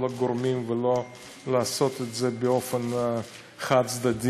הגורמים ולא לעשות את זה באופן חד-צדדי,